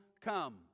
come